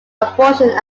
abortion